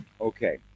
Okay